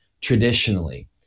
traditionally